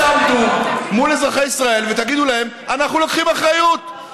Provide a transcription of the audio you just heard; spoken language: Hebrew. לפחות תעמדו מול אזרחי ישראל ותגידו להם: אנחנו לוקחים אחריות.